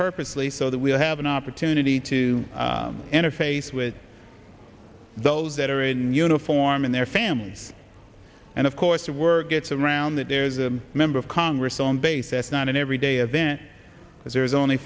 purposely so that we would have an opportunity to interface with those that are in uniform and their families and of course to work gets around that there's a member of congress on base that's not an everyday event because there's only